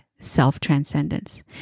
self-transcendence